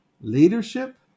leadership